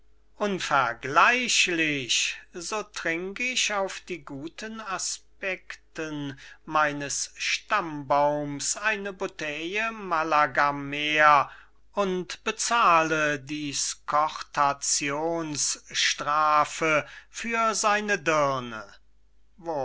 enkel unvergleichlich so trink ich auf die guten aspecten meines stammbaums eine bouteille malaga mehr und bezahle die scortationsstrafe für seine dirne